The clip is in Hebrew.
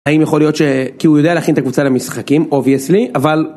האם יכול להיות ש.., כי הוא יודע להכין את הקבוצה למשחקים אובייסלי אבל.